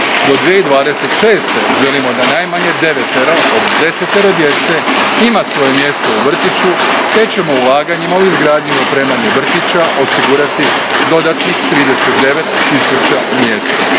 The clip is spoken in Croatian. Do 2026. želimo da najmanje devetero od desetero djece ima svoje mjesto u vrtiću te ćemo ulaganjima u izgradnju i opremanje vrtića osigurati dodatnih 39 tisuća mjesta.